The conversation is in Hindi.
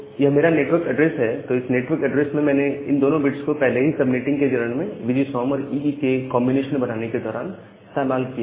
यह मेरा नेटवर्क एड्रेस है तो इस नेटवर्क एड्रेस में मैंने इन दोनों बिट्स को पहले ही सबनेटिंग के चरण में वीजीसॉम और ईई के कॉन्बिनेशन बनाने के दौरान इस्तेमाल कर लिया था